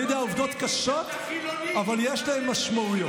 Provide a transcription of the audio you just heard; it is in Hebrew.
אני יודע, עובדות קשות, אבל יש להן משמעויות.